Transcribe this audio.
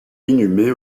inhumé